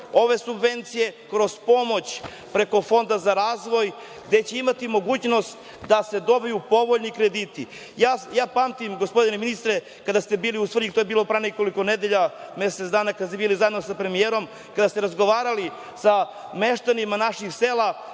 ove subvencije, kroz pomoć preko fonda za razvoj gde će imati mogućnost da se dobiju povoljni krediti. Ja pamtim, gospodine ministre, kada ste bili u Svrljigu, to je bilo pre nekoliko nedelja, mesec dana, kada ste bili zajedno sa premijerom, kada ste razgovarali sa meštanima naših sela,